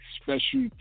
special